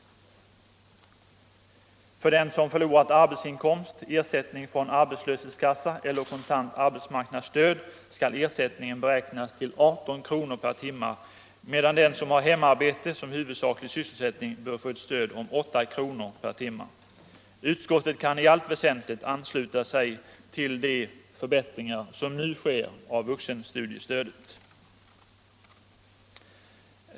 För den som förlorat arbetsinkomst, ersättning från arbetslöshetskassa eller kontant arbetsmarknadsstöd genom att delta i undervisningen skall ersättningen beräknas till 18 kr. per timme, medan den som har hemarbete som huvudsaklig sysselsättning bör få ett stöd om 8 kr. per timme. Utskottet kan i allt väsentligt ansluta sig till de förbättringar som nu sker av vuxenstudiestödet.